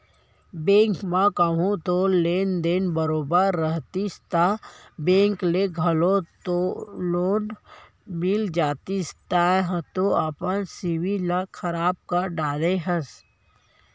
bank म कहूँ तोर लेन देन बरोबर रहितिस ता बेंक ले घलौक लोन मिल जतिस तेंहा तो अपन सिविल ल खराब कर डरे हस